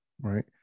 right